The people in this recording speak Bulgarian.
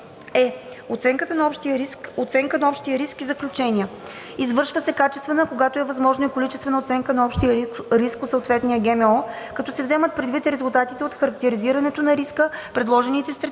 е) оценка на общия риск и заключения: Извършва се качествена, а когато е възможно и количествена оценка на общия риск от съответния ГМО, като се вземат предвид резултатите от характеризирането на риска, предложените стратегии